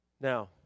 Now